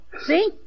See